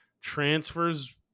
transfers